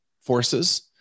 forces